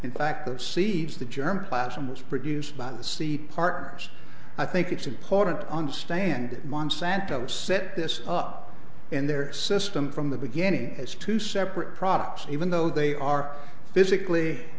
in fact of seeds the germ plasm was produced by the seed partners i think it's important to understand that monsanto set this up in their system from the beginning as two separate products even though they are physically